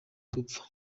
gupfa